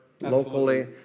locally